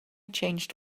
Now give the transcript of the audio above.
changed